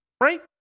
Right